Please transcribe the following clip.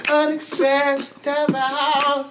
unacceptable